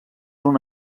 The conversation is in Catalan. una